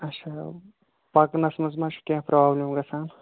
اچھا پکنس منٛز ما چھِ کیٚنٛہہ پرابلِم گَژھان